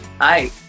Hi